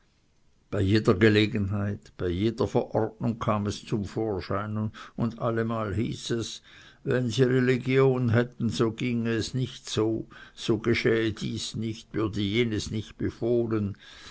bei jeder gelegenheit bei jeder verordnung kam es zum vorschein und allemal hieß es wenn sie religion hätten so ginge es nicht so so geschähe dies nicht würde jenes nicht befohlen